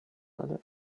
other